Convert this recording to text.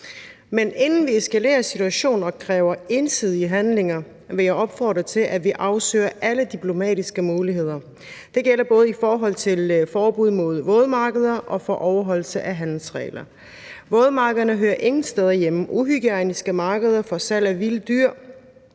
Men inden vi eskalerer situationen og kræver ensidige handlinger, vil jeg opfordre til, at vi afsøger alle diplomatiske muligheder. Det gælder både i forhold til forbud mod vådmarkeder og overholdelse af handelsregler. Vådmarkederne hører ingen steder hjemme. Uhygiejniske markeder for salg af vilde dyr